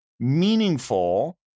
Meaningful